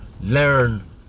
learn